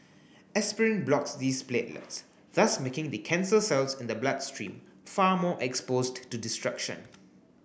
aspirin blocks these platelets thus making the cancer cells in the bloodstream far more exposed to destruction